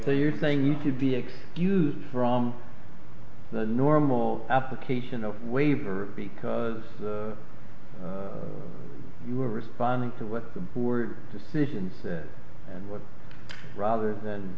so you're saying you to be excused from the normal application of waiver because you were responding to what the poor decision said and what rather than